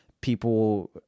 people